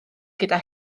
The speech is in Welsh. gyda